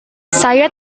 saya